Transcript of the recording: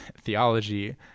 theology